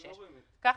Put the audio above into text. כך